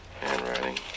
handwriting